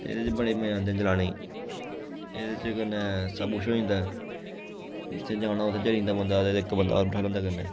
एह्दे च बड़े मज़े आंदे न चलाने गी एह्दे च कन्नै सब कुछ होई जंदा ऐ जित्थै जाना उत्थै चली जंदा बंदा ते इक बंदा होर बैठाली लैंदा कन्नै